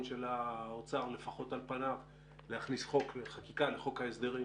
של האוצר לפחות על פניו להכניס חקיקה לחוק ההסדרים